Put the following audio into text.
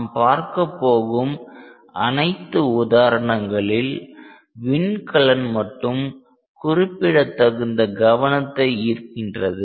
நாம் பார்க்கப் போகும் அனைத்து உதாரணங்களில் விண்கலன் மட்டும் குறிப்பிடத்தகுந்த கவனத்தை ஈர்க்கின்றது